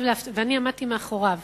אני עמדתי מאחוריו.